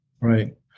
Right